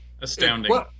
Astounding